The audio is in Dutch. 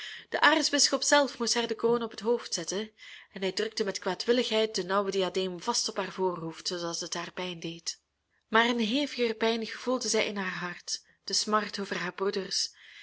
de aartsbisschop zelf moest haar de kroon op het hoofd zetten en hij drukte met kwaadwilligheid den nauwen diadeem vast op haar voorhoofd zoodat het haar pijn deed maar een heviger pijn gevoelde zij in haar hart de smart over haar broeders